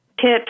tips